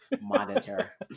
monitor